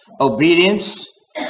obedience